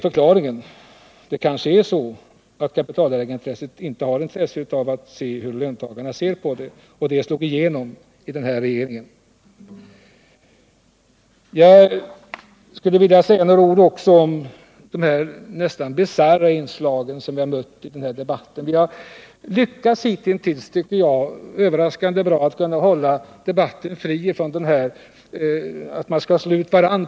Förklaringen kanske ligger i detta. Kapitalägarna har kanske inget intresse av att veta hur löntagarna ser på frågan, och det slog igenom i den här regeringen. Jag skulle också vilja säga några ord om de nästan bisarra inslag vi mött i den här debatten. Vi har hittills lyckats överraskande bra, tycker jag, att hålla den här debatten fri från försök att låta olika orter slå ut varandra.